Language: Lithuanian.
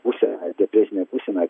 pusė ar depresinė būsena